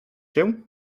się